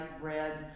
red